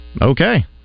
Okay